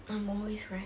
I'm always right